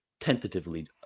tentatively